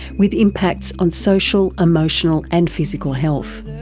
with impacts on social, emotional and physical health.